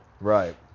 Right